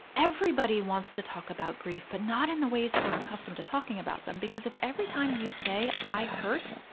everybody wants to talk about grief, but not in the ways that we're accustomed to talking about them. because if every time you say, i hurt,